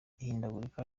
ihindagurika